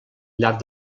llarg